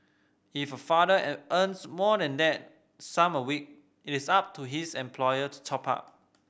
if a father at earns more than that sum a week it is up to his employer to top up